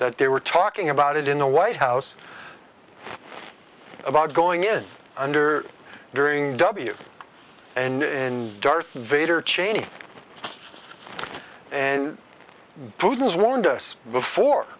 that they were talking about it in the white house about going in under during w and in darth vader cheney and putin's warned us before